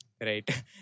right